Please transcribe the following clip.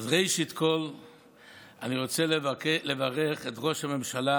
ראשית, אני רוצה לברך את ראש הממשלה